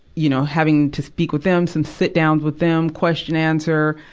you know, having to speak with them, some sit-downs with them, question answer.